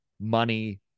money